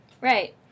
Right